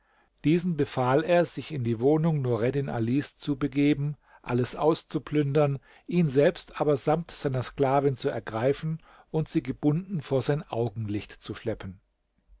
diesen befahl er sich in die wohnung nureddin alis zu begeben alles auszuplündern ihn selbst aber samt seiner sklavin zu ergreifen und sie gebunden vor sein augenlicht zu schleppen